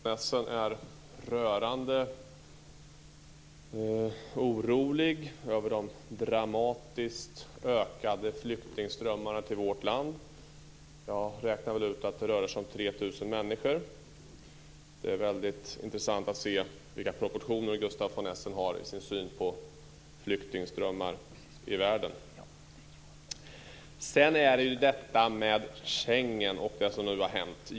Herr talman! Gustaf von Essen är rörande orolig över de dramatiskt ökade flyktingströmmarna till vårt land. Jag räknade ut att det rör sig om 3 000 människor. Det är väldigt intressant att se vilka proportioner Gustaf von Essen har i sin syn på flyktingströmmarna i världen. Sedan om Schengen och det som nu har hänt.